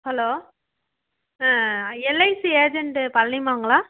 hello LIC agent பலனியம்மாங்களா